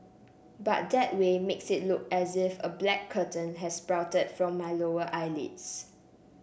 but that way makes it look as if a black curtain has sprouted from my lower eyelids